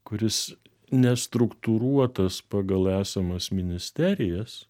kuris ne struktūruotas pagal esamas ministerijas